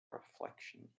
reflection